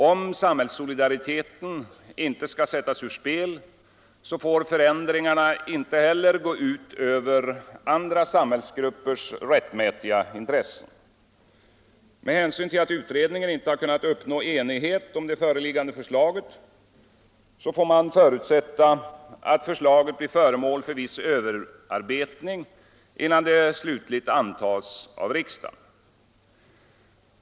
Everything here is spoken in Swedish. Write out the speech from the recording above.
Om samhällssolidariteten inte skall sättas ur spel, får förändringarna inte heller gå ut över andra samhällsgruppers rättmätiga intressen. Med hänsyn till att utredningen inte kunnat uppnå enighet om det föreliggande förslaget får det förutsättas, att detta blir föremål för viss överarbetning innan det slutgiltigt antas av riksdagen.